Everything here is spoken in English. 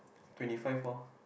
twenty five four